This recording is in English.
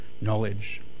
knowledge